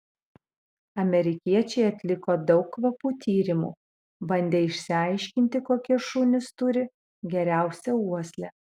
amerikiečiai atliko daug kvapų tyrimų bandė išsiaiškinti kokie šunys turi geriausią uoslę